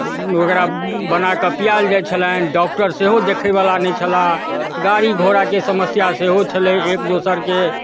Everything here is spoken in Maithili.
वगैरह बनाकऽ पिआएल जाइ छलनि डाॅक्टर सेहो देखैवला नहि छलाह गाड़ी घोड़ाके समस्या सेहो छलै एक दोसरके